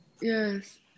Yes